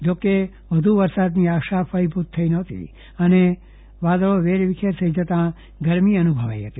જોકે વધ્ વરસાદની આશા ફળીભૂત થઈ નહોતી અને વાદળો વિખેરાઈ જતા ગરમી અનુભવાઈ હતી